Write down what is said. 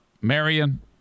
Marion